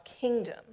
kingdom